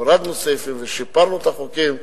הורדנו סעיפים ושיפרנו את החוקים,